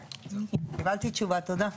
קיבלתי תשובה, תודה.